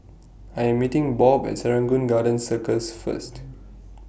I Am meeting Bob At Serangoon Garden Circus First